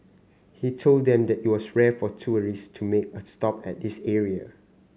he told them that it was rare for tourist to make a stop at this area